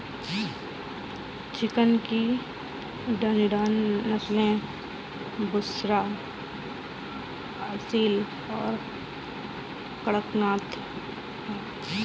chicken की Indian नस्लें बुसरा, असील और कड़कनाथ हैं